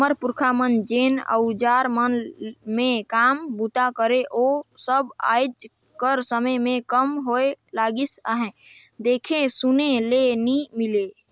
हमर पुरखा मन जेन अउजार मन मे काम बूता करे ओ सब आएज कर समे मे कम होए लगिस अहे, देखे सुने ले नी मिले